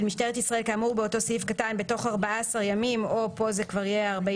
משטרת ישראל כאמור באותו סעיף קטן בתוך 14 ימים או 45 ימים,